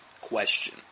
question